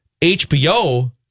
HBO